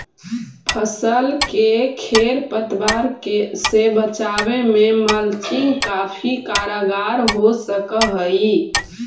फसल के खेर पतवार से बचावे में मल्चिंग काफी कारगर हो सकऽ हई